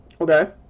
Okay